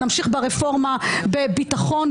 נמשיך ברפורמה בביטחון,